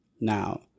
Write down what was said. Now